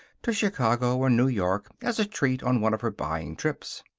to chicago or new york as a treat on one of her buying trips.